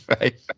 Right